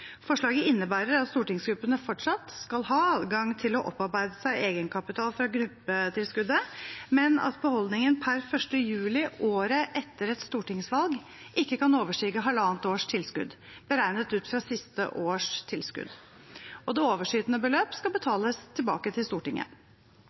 Forslaget innebærer at stortingsgruppene fortsatt skal ha adgang til å opparbeide seg egenkapital fra gruppetilskuddet, men at beholdningen per 1. juli året etter et stortingsvalg ikke kan overstige halvannet års tilskudd beregnet ut fra siste års tilskudd, og det overskytende beløp skal